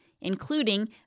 including